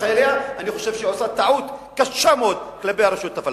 חייליה עושה טעות קשה מאוד כלפי הרשות הפלסטינית.